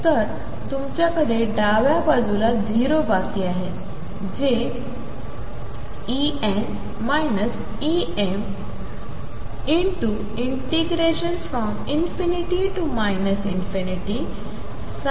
तर तुमच्याकडे डाव्या बाजूला 0 बाकी आहे जे ∞mndx